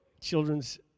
children's